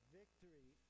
victory